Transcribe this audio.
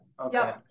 okay